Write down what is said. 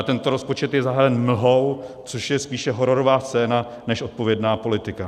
Tento rozpočet je zahalen mlhou, což je spíše hororová scéna než odpovědná politika.